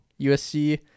USC